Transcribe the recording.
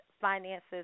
finances